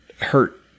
hurt